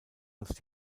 als